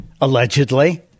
allegedly